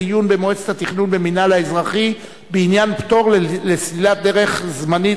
דיון במועצת התכנון במינהל האזרחי בעניין פטור לסלילת דרך זמנית